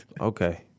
Okay